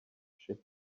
she